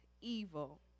evil